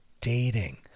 dating